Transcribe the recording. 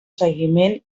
seguiment